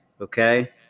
okay